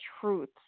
truth